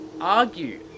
argue